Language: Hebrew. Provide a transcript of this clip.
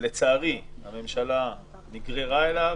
ולצערי הממשלה נגררה אליו,